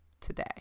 today